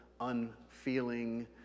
unfeeling